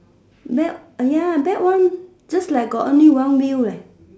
belt !aiya! that one just like got only one wheel leh